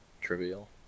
Trivial